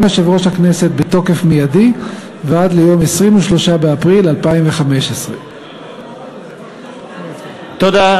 יושב-ראש הכנסת בתוקף מיידי ועד ליום 23 באפריל 2015. תודה,